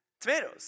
tomatoes